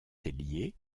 hélier